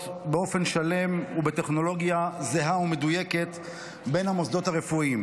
באופן שלם ובטכנולוגיה זהה ומדויקת בין המוסדות הרפואיים,